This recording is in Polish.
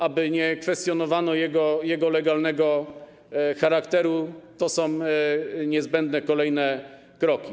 Aby nie kwestionowano jego legalnego charakteru, są niezbędne kolejne kroki.